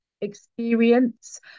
experience